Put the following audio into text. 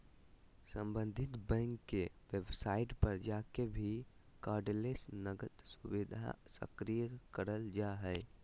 सम्बंधित बैंक के वेबसाइट पर जाके भी कार्डलेस नकद सुविधा सक्रिय करल जा हय